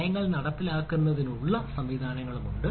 നയങ്ങൾ നടപ്പിലാക്കുന്നതിനുള്ള സംവിധാനങ്ങളുണ്ട്